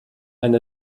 eine